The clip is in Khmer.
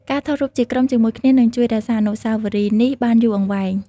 ការថតរូបជាក្រុមជាមួយគ្នានឹងជួយរក្សាអនុស្សាវរីយ៍នេះបានយូរអង្វែង។